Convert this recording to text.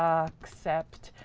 accept.